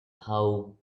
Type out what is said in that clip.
how